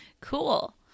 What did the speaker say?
Cool